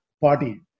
party